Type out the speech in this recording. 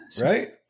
Right